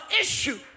issue